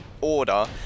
order